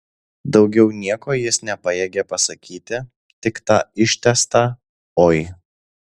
daugiau nieko jis nepajėgė pasakyti tik tą ištęstą oi